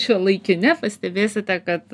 šiuolaikine pastebėsite kad